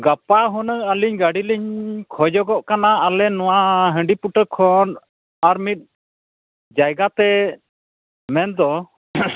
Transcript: ᱜᱟᱯᱟ ᱦᱩᱱᱟᱹᱝ ᱟᱹᱞᱤᱧ ᱜᱟᱹᱰᱤ ᱞᱤᱧ ᱠᱷᱚᱡᱚᱜᱚᱜ ᱠᱟᱱᱟ ᱟᱞᱮ ᱱᱚᱣᱟ ᱦᱟᱺᱰᱤᱯᱩᱴᱟᱹ ᱠᱷᱚᱱ ᱟ ᱟᱨ ᱢᱤᱫ ᱡᱟᱭᱜᱟᱛᱮ ᱢᱮᱱᱫᱚ